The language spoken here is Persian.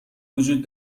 وجود